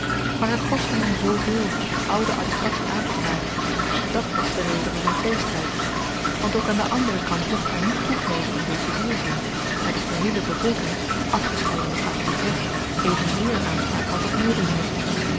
maar t kostte hem zooveel dien ouden adhipatti aanteklagen dàt was de reden van zyn tweestryd want ook aan den anderen kant mocht hy niet toegeven in dezen weerzin daar de geheele bevolking afgescheiden nog haar goed recht evenzeer aanspraak had op medelyden